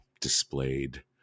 displayed